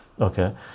okay